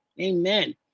Amen